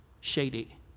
Shady